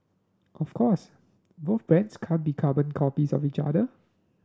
of course both brands can't be carbon copies of each other